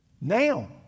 Now